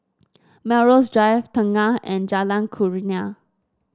Melrose Drive Tengah and Jalan Kurnia